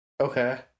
Okay